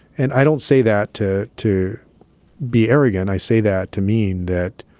and i don't say that to to be arrogant. i say that to mean that